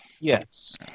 Yes